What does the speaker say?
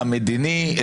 המדיני,